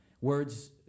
words